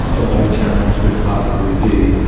a life challenge could possibly be.